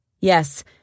Yes